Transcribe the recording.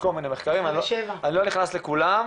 יש כל מיני מחקרים, אני לא נכנס לכולם.